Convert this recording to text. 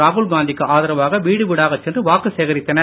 ராகுல் காந்தி க்கு ஆதரவாக வீடுவீடாகச் சென்று வாக்கு சேகரித்தனர்